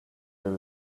that